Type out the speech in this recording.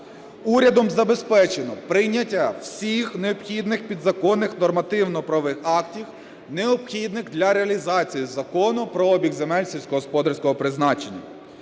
Урядом забезпечено прийняття всіх необхідних підзаконних нормативно-правових актів, необхідних для реалізації Закону про обіг земель сільськогосподарського призначення.